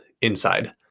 inside